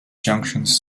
junctions